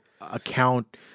account